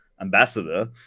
ambassador